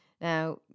Now